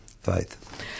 faith